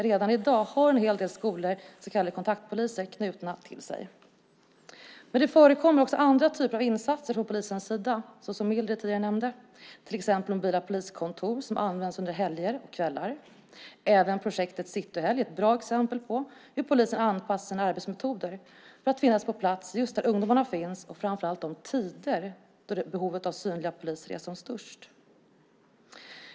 Redan i dag har en hel del skolor så kallade kontaktpoliser knutna till sig. Det förekommer även andra typer av insatser från polisens sida, vilket Mildred nämnde. Det finns till exempel mobila poliskontor som används under helger och kvällar. Projektet Cityhelg är ett bra exempel på hur polisen anpassar sina arbetsmetoder för att finnas på plats just där ungdomarna finns - och framför allt på de tider då behovet av synliga poliser är som störst.